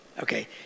Okay